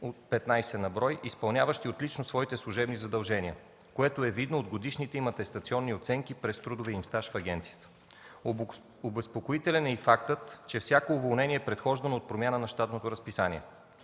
15 на брой, изпълняващи отлично своите служебни задължения, което е видно от годишните им атестационни оценки през трудовия им стаж в агенцията. Обезпокоителен е и фактът, че всяко уволнение е предхождано от промяна на щатното разписание.